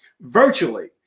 virtually